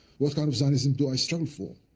what kind of zionism do i stand for?